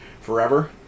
forever